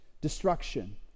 destruction